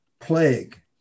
plague